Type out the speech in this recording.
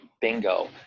bingo